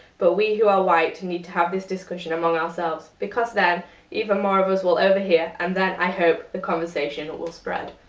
but we who are white need to have this discussion among ourselves. because then even more of us will overhear, and then i hope the conversation will spread.